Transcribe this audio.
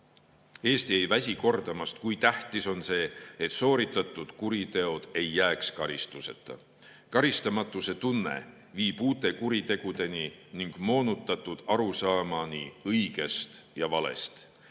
Eesti ei väsi kordamast, kui tähtis on see, et sooritatud kuriteod ei jääks karistuseta. Karistamatuse tunne viib uute kuritegudeni ning moonutatud arusaamani õigest ja valest.